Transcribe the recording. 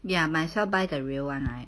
ya must as well buy the real [one] right